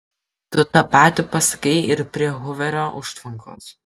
tu tą patį pasakei ir prie huverio užtvankos